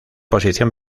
posición